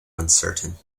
uncertain